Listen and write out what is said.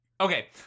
Okay